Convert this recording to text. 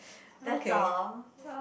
that's all